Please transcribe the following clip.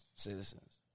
citizens